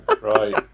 Right